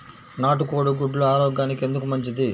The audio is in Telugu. నాటు కోడి గుడ్లు ఆరోగ్యానికి ఎందుకు మంచిది?